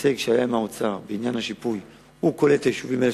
ההישג שהיה עם האוצר בעניין השיפוי כולל את היישובים האלה,